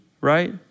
right